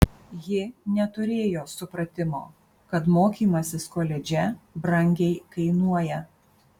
ji neturėjo supratimo kad mokymasis koledže brangiai kainuoja